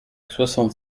soixante